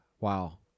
Wow